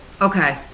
okay